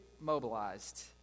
mobilized